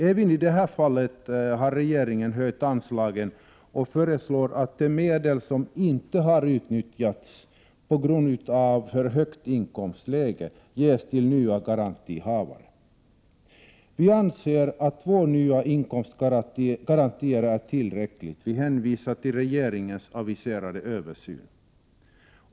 Även i det här fallet har regeringen höjt anslagen, och man föreslår att de medel som inte har utnyttjats på grund av för högt inkomstläge ges till nya garantihavare. Vi anser att två nya inkomstgarantier är tillräckliga, och vi hänvisar till regeringens aviserade översyn.